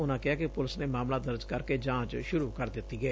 ਉਨੂਾ ਕਿਹਾ ਕਿ ਪੁਲਿਸ ਨੇ ਮਾਮਲਾ ਦਰਜ ਕਰਕੇ ਜਾਂਚ ਸ਼ੁਰੁ ਕਰ ਦਿੱਤੀ ਏ